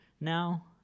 now